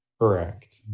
correct